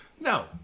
No